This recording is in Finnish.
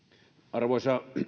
arvoisa